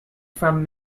from